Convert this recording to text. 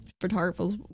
photographers